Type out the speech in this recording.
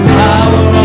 power